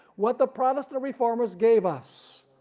what the protestant reformers gave us.